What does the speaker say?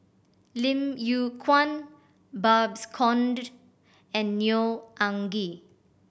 Lim Yew Kuan Babes Conde and Neo Anngee